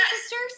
sisters